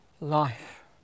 life